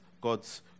God's